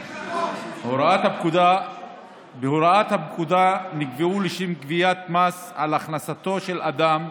הוראת הפקודה נקבעו לשם גביית מס על הכנסתו של אדם.